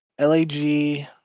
LAG